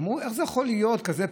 אמרו: איך יכול להיות כזה פער,